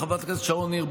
חברת הכנסת שרון ניר,